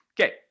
Okay